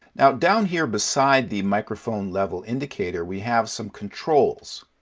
now, down here, beside the microphone level indicator we have some controls.